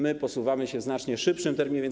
My posuwamy się w znacznie szybszym tempie.